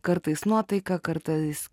kartais nuotaiką kartais